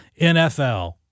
NFL